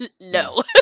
no